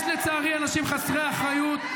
יש לצערי אנשים חסרי אחריות,